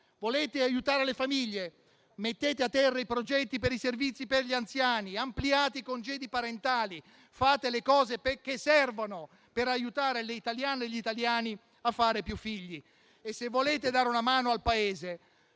Volete aiutare le famiglie? Mettete a terra i progetti dei servizi per gli anziani, ampliate i congedi parentali, fate le cose che servono per aiutare le italiane e gli italiani a fare più figli. Se volete dare una mano al Paese,